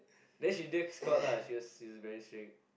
then she just call lah she was very strict